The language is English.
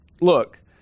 look